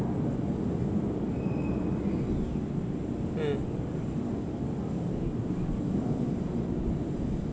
mm